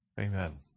Amen